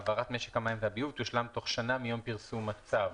העברת משק המים והביוב תושלם תוך שנה מיום פרסום הצו.